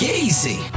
easy